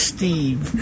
Steve